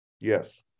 Yes